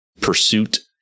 pursuit